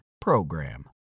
PROGRAM